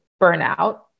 burnout